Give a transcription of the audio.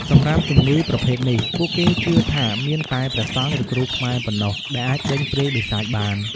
សម្រាប់ជំងឺប្រភេទនេះ ពួកគេជឿថាមានតែព្រះសង្ឃ ឬគ្រូខ្មែរប៉ុណ្ណោះដែលអាចដេញព្រាយបិសាចបាន។